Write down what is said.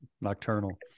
Nocturnal